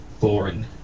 boring